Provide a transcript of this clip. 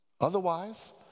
Otherwise